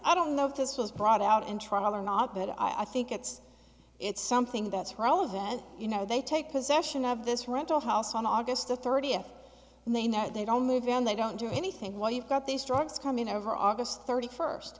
i don't know if this was brought out in trial or not but i think it's it's something that's relevant as you know they take possession of this rental house on august the thirtieth and they know that they don't live there and they don't do anything while you've got these drugs coming over august thirty first